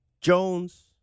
Jones